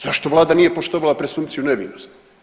Zašto vlada nije poštovala presumpciju nevinosti?